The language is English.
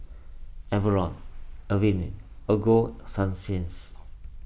Enervon Avene Ego Sunsense